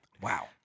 Wow